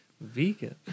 Vegan